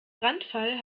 brandfall